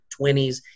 20s